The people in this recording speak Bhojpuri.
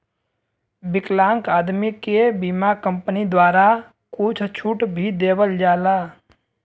विकलांग आदमी के बीमा कम्पनी द्वारा कुछ छूट भी देवल जाला